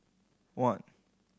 one